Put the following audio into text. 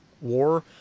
war